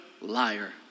Liar